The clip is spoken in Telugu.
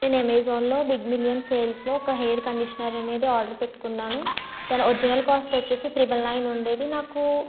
నేను అమెజాన్లో బిగ్ మిలియన్ సేల్స్లో ఒక హెయిర్ కండిషనర్ అనేది ఆర్డర్ పెట్టుకున్నాను దాని ఒరిజినల్ కాస్ట్ వచ్చేసి త్రిబుల్ నైన్ ఉండేది నాకు